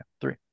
three